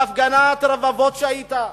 בהפגנת הרבבות שהיתה.